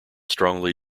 strongly